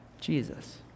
Jesus